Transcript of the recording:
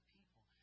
people